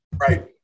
Right